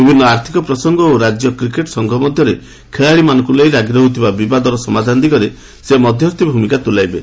ବିଭିନ୍ନ ଆର୍ଥିକ ପ୍ରସଙ୍ଗ ଓ ରାଜ୍ୟ କ୍ରିକେଟ ସଂଘ ମଧ୍ୟରେ ଖେଳାଳିମାନଙ୍କୁ ନେଇ ଲାଗି ରହୁଥିବା ବିବାଦର ସମାଧାନ ଦିଗରେ ସେ ମଧ୍ୟସ୍ଥି ଭୂମିକା ତୁଲାଇବେ